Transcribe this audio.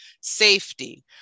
safety